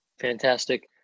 Fantastic